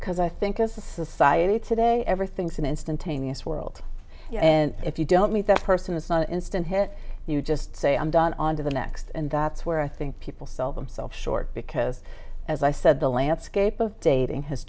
because i think as a society today everything's an instantaneous world and if you don't meet that person it's not an instant hit you just say i'm done on to the next and that's where i think people sell themselves short because as i said the landscape of dating has